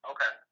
Okay